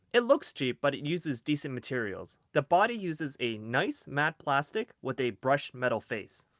it looks cheap but it uses decent materials. the body uses a nice matte plastic with a brushed metal face.